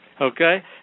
okay